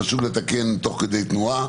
חשוב לתקן תוך כדי תנועה